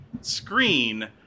screen